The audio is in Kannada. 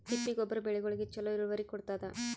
ತಿಪ್ಪಿ ಗೊಬ್ಬರ ಬೆಳಿಗೋಳಿಗಿ ಚಲೋ ಇಳುವರಿ ಕೊಡತಾದ?